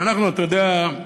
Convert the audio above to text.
ואנחנו, אתה יודע,